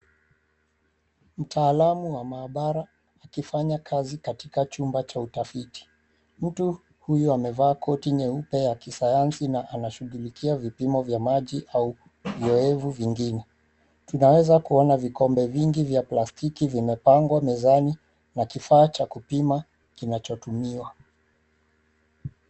Mtaalamu wa maabara akifanya kazi katika chumba cha utafiti. Mtu huyu amevaa koti nyeupe ya kisayansi na anashughulikia vipimo vya maji au vioevu vingine. Tunaweza kuona vikombe vingi vya plastiki vimepangwa mezani na kifaa cha kupima kinacho tumiwa.